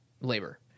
labor